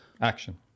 action